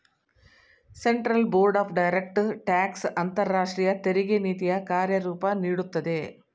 central board of direct tax ಅಂತರಾಷ್ಟ್ರೀಯ ತೆರಿಗೆ ನೀತಿಯ ಕಾರ್ಯರೂಪ ನೀಡುತ್ತದೆ